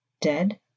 Dead